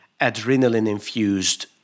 adrenaline-infused